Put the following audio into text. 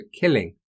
killing